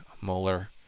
molar